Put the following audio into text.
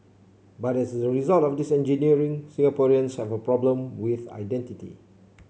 but as the result of this engineering Singaporeans have a problem with identity